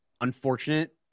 unfortunate